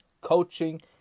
Coaching